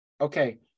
Okay